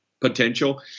potential